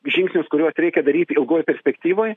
žingsnius kuriuos reikia daryt ilgoj perspektyvoj